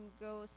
go